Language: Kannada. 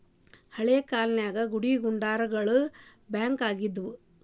ಹಳೇ ಕಾಲ್ದಾಗ ಗುಡಿಗುಂಡಾರಾನ ಬ್ಯಾಂಕ್ ಆಗಿದ್ವು